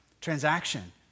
transaction